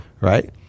right